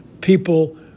people